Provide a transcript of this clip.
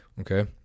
Okay